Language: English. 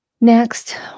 Next